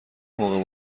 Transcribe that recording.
موقع